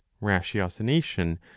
ratiocination